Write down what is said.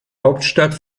hauptstadt